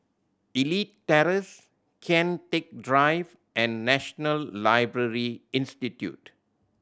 Elite Terrace Kian Teck Drive and National Library Institute